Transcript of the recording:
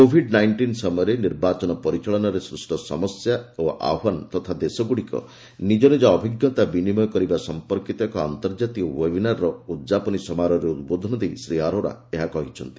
Covid nineteen ସମୟରେ ନିର୍ବାଚନ ପରିଚାଳନାରେ ସୃଷ୍ଟ ସମସ୍ୟା ଓ ଆହ୍ପାନ ତଥା ଦେଶଗୁଡ଼ିକ ନିକ୍କ ଅଭିଞ୍ଜତା ବିନିମୟ କରିବା ସମ୍ପର୍କୀତ ଏକ ଆନ୍ତର୍ଜାତିକ ଓ୍ନେବିନାରର ଉଦ୍ଯାପନୀ ସମାରୋହରେ ଉଦ୍ବୋଧନ ଦେଇ ଶ୍ରୀ ଆରୋରା ଏହା କହିଛନ୍ତି